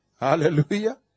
Hallelujah